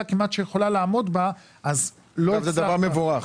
כמעט שיכולה לעמוד בזה אז לא --- זה דבר מבורך.